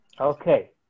Okay